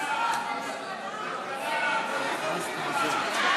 כלכלה,